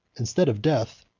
instead of death,